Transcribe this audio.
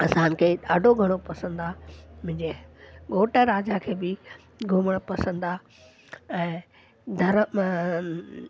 असांखे ॾाढो घणो पसंदि आहे मुंहिंज़े घोट राजा खे बि घुमण पसंदि आहे ऐं धरम